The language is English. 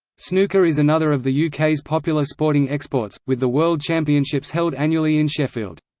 snooker is another of the uk's popular sporting exports, with the world championships held annually in sheffield.